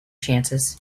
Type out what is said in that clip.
chances